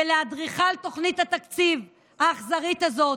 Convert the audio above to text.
ולאדריכל תוכנית התקציב האכזרית הזאת,